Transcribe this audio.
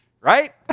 Right